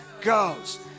goes